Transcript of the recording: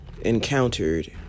encountered